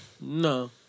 No